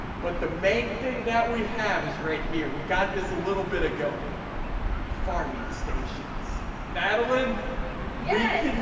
but the main thing that we have is right here we got this a little bit ago farming stations madeleine yes,